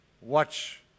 watch